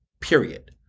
period